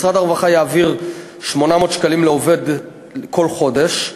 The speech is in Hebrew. משרד הרווחה יעביר 800 שקלים לעובד כל חודש,